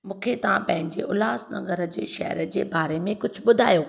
मूंखे तव्हां पंहिंजे उल्हासनगर जे शहर जे बारे में कुझु ॿुधायो